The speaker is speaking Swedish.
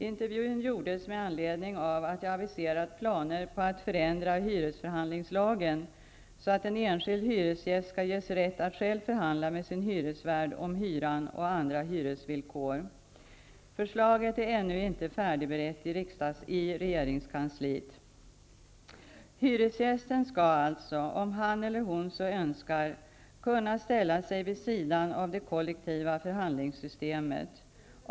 Intervjun gjordes med anledning av att jag aviserat planer på att förändra hyresförhandlingslagen så att en enskild hyresgäst skall ges rätt att själv förhandla med sin hyresvärd om hyran och andra hyresvillkor. Förslaget är ännu inte färdigberett i regeringskansliet. Hyresgästen skall alltså, om han eller hon så önskar, kunna ställa sig vid sidan av det kollektiva förhandlingssystemet.